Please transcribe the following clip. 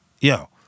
Yo